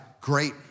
great